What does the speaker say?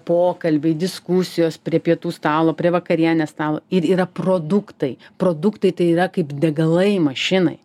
pokalbiai diskusijos prie pietų stalo prie vakarienės stalo ir yra produktai produktai tai yra kaip degalai mašinai